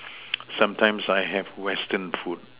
sometimes I have Western food